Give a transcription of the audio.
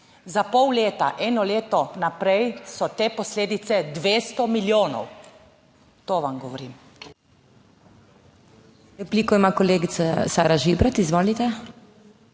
Za pol leta, eno leto naprej so te posledice 200 milijonov. To vam govorim.